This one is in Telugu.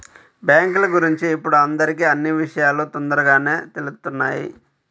బ్యేంకుల గురించి ఇప్పుడు అందరికీ అన్నీ విషయాలూ తొందరగానే తెలుత్తున్నాయి